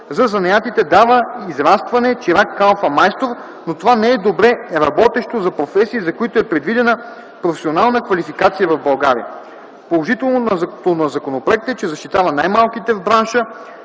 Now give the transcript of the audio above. за занаятите дава израстване чирак, калфа, майстор, но това не е добре работещо за професии, за които е предвидена професионална квалификация в България. Положителното на законопроекта е, че защитава най-малките в бранша,